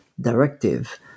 directive